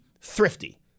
thrifty